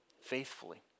faithfully